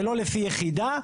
ולא לפי יחידה,